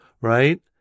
right